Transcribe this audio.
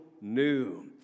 new